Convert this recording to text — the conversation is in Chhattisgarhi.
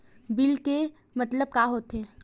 बिल के मतलब का होथे?